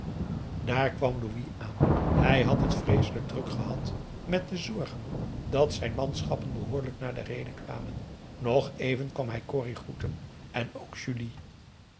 daar kwam louis aan hij had het vreeselijk druk gehad met te zorgen dat zijn manschappen behoorlijk naar de reede kwamen nog even kwam hij corrie groeten en ook julie